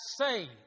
saved